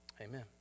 Amen